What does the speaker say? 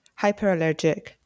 Hyperallergic